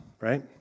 right